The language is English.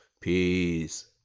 Peace